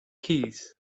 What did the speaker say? keys